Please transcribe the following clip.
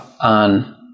on